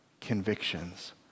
convictions